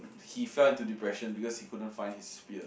he fell into depression because he couldn't find his spears